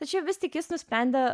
tačiau vis tik jis nusprendė